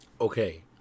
Okay